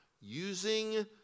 Using